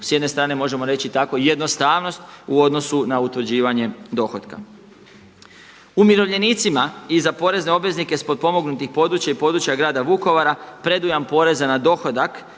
s jedne strane možemo reći tako jednostavnost u odnosu na utvrđivanje dohotka. Umirovljenicima i za porezne obveznike s potpomognutih područja i područja grada Vukovara predujam poreza na dohodak